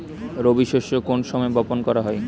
রবি শস্য কোন সময় বপন করা হয়?